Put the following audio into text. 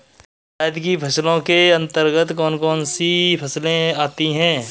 जायद की फसलों के अंतर्गत कौन कौन सी फसलें आती हैं?